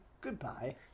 Goodbye